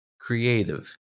creative